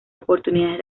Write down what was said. oportunidades